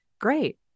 great